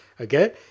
Okay